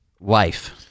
Life